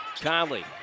Conley